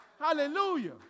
Hallelujah